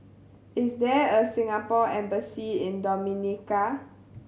is there a Singapore Embassy in Dominica